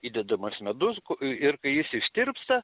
įdedamas medus ir kai jis ištirpsta